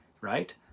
right